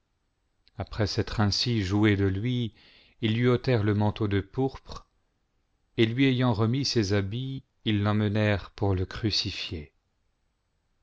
après s'être ainsi joués de lui ils lui ôtèrent le manteau de pourpre et lui ayant remis ses habits ils l'emmenèrent pour le crucifier